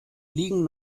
liegen